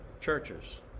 churches